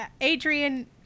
Adrian